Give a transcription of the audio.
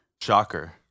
Shocker